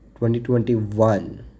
2021